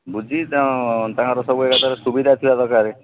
ବୁଝି ତାଙ୍କ ତାଙ୍କର ସବୁ ଏକାଥରେ ସୁବିଧା ଥିବା ଦରକାରେ